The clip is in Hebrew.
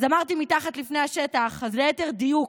אמרתי "מתחת לפני השטח", אז ליתר דיוק,